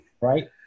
right